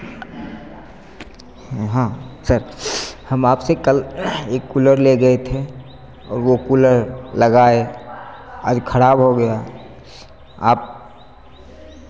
ओ हाँ सर हम आपसे कल एक कूलर ले गए थे और वह कूलर लगाए आज खराब हो गया आप